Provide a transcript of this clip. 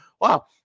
Wow